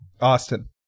Austin